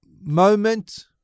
moment